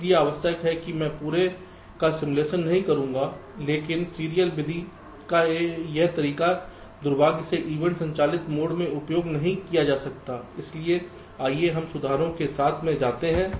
इसलिए अनावश्यक मैं पूरे का सिमुलेशन नहीं करूंगा लेकिन सीरियल विधि का यह तरीका दुर्भाग्य से ईवेंट संचालित मोड में उपयोग नहीं किया जा सकता है इसलिए आइए अब हम सुधारों के साथ आते हैं